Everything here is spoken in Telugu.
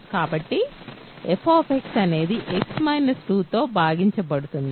కాబట్టి f అనేది x 2తో భాగించబడుతుంది